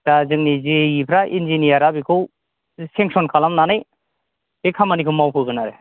दा जोंनि जे इ फ्रा इन्जिनियारा बेखौ सेन्कसन खालामनानै बे खामानिखौ मावहोगोन आरो